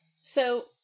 So-